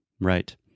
right